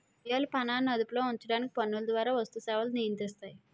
ద్రవ్యాలు పనాన్ని అదుపులో ఉంచడానికి పన్నుల ద్వారా వస్తు సేవలను నియంత్రిస్తాయి